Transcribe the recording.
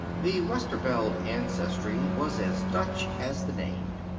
the westerveld ancestry was as dutch as the name.